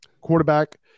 quarterback